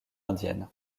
indienne